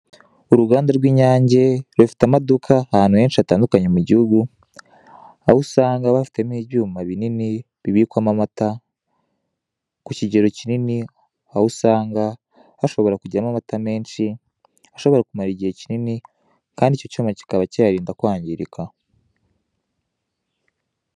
Uruganda rw'inyange rufite amaduka ahantu henshi mu gihugu, aho usanga bafitemo ibyuma binini bibikwamo amata ku kigero kinini, aho usanga hashobora kujyamo amata menshi ashobora kumara igihe kinini kandi icyo cyuma kikaba kiyarinda kwangirika.